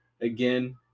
again